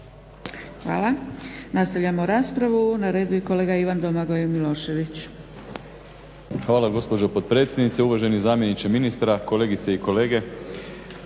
Hvala. Nastavljamo raspravu. Na redu je kolega Ivan Domagoj Milošević. **Milošević, Domagoj Ivan (HDZ)** Hvala gospođo potpredsjednice, uvaženi zamjeniče ministra, kolegice i kolege.